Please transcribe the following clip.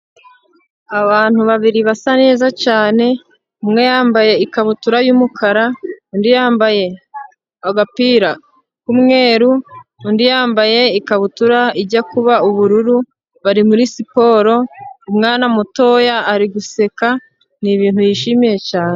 Abantu babiri basa neza cyane, umwe yambaye ikabutura y'umukara, undi yambaye agapira k'umweru, undi yambaye ikabutura ijya kuba ubururu, bari muri siporo, umwana mutoya ari guseka, ni ibintu yishimiye cyane.